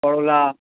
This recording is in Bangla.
করলা